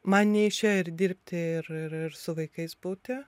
man neišėjo ir dirbti ir ir ir su vaikais būti